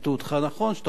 שאתה אומר: זה לא ייתכן,